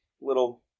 little